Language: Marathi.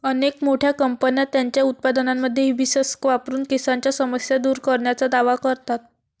अनेक मोठ्या कंपन्या त्यांच्या उत्पादनांमध्ये हिबिस्कस वापरून केसांच्या समस्या दूर करण्याचा दावा करतात